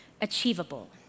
achievable